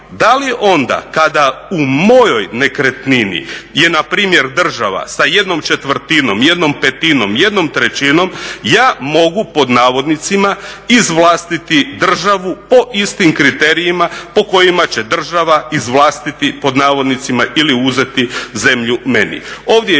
da li onda kada u mojoj nekretnini je npr. država sa jednom četvrtinom, jednom petinom, jednom trećinom ja mogu pod navodnicima "izvlastiti" državu po istim kriterijima po kojima će država "izvlastiti" pod navodnicima ili uzeti zemlju meni?